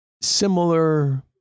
similar